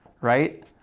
right